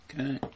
Okay